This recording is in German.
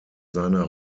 seiner